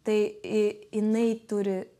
tai jinai turi